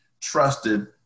trusted